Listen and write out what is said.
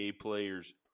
players